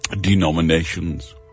denominations